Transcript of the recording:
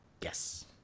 Yes